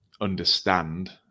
Understand